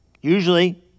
Usually